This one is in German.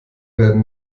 werden